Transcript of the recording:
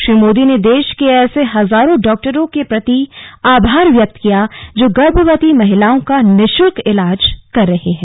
श्री मोदी ने देश के ऐसे हजारों डॉक्टरों के प्रति आभार व्यक्त किया जो गर्भवती महिलाओं का निशुल्क इलाज कर रहे हैं